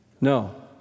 No